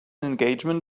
engagement